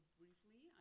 briefly